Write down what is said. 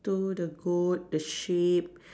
to the goat the sheep